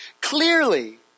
clearly